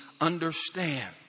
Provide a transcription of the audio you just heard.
understand